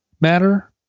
matter